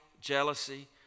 jealousy